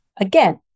Again